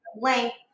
length